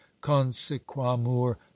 consequamur